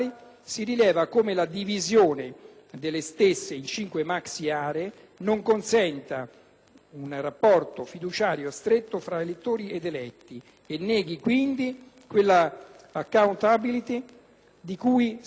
un rapporto fiduciario stretto tra elettori ed eletti e neghi quindi quella *accountability* di cui si diceva sopra. In particolare - mi rivolgo anche alle preoccupazioni espresse dai colleghi - si potrebbe citare, come già hanno